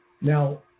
now